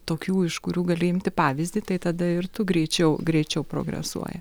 tokių iš kurių gali imti pavyzdį tai tada ir tu greičiau greičiau progresuoja